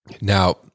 Now